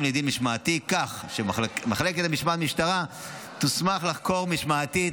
לדין משמעתי כך שמחלקת המשמעת במשטרה תוסמך לחקור משמעתית